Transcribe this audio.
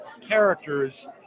characters